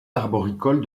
arboricole